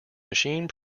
machine